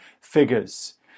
figures